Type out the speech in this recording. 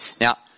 Now